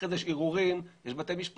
אחרי זה יש ערעורים, יש בתי משפט.